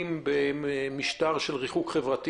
נמצאים בריחוק חברתי